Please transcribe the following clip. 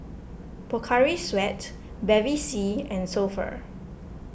Pocari Sweat Bevy C and So Pho